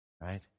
Right